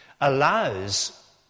allows